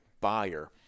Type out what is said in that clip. buyer